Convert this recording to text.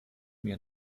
mir